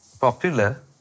popular